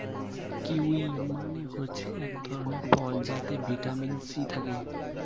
kiwi মানে হচ্ছে এক ধরণের ফল যাতে ভিটামিন সি থাকে